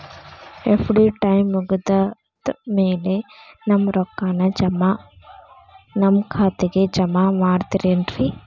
FD time ಮುಗಿದಾದ್ ಮ್ಯಾಲೆ ನಮ್ ರೊಕ್ಕಾನ ನಮ್ ಖಾತೆಗೆ ಜಮಾ ಮಾಡ್ತೇರೆನ್ರಿ?